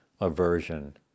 aversion